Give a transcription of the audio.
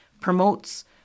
promotes